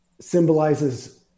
symbolizes